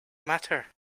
matter